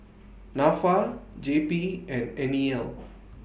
Nafa J P and N E L